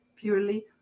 purely